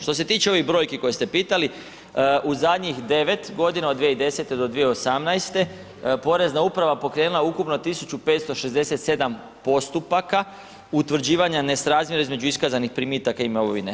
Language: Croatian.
Što se tiče ovih brojki koje ste pitali, u zadnjih 9 godina, od 2010. do 2018. porezna uprava pokrenula je ukupno 1567 postupaka utvrđivanja nesrazmjera između iskazanih primitaka imovine.